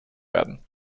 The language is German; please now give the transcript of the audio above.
werden